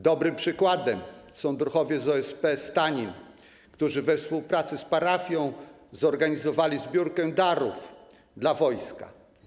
Dobrym przykładem są druhowie z OSP Stanin, którzy we współpracy z parafią zorganizowali zbiórkę darów dla wojska.